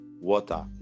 water